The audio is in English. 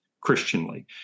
Christianly